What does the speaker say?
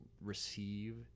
receive